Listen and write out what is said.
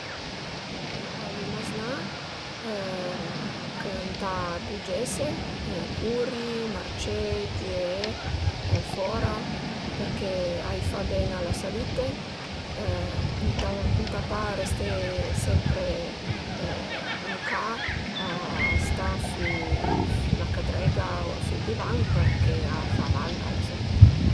Ëntà di ai maznà ch'ëntà bugiese, curi, marcé, giüé fora perché a i fa ben a la salüte, ëntà ëntà pa reste sempre ën ca a sta sü la cadrega o sü ël divan perché a fa mal a la salüte